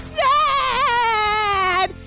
sad